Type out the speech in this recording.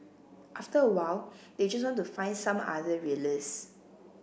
after a while they just want to find some other release